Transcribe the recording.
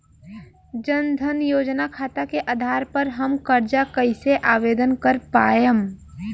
जन धन योजना खाता के आधार पर हम कर्जा कईसे आवेदन कर पाएम?